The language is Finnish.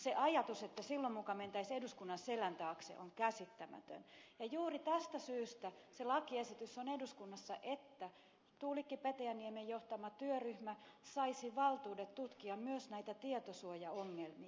se ajatus että silloin muka mentäisiin eduskunnan selän taakse on käsittämätön ja juuri tästä syystä se lakiesitys on eduskunnassa että tuulikki petäjäniemen johtama työryhmä saisi valtuudet tutkia myös näitä tietosuojaongelmia